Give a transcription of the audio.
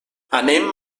anem